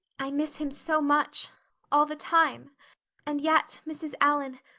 i miss him so much all the time and yet, mrs. allan,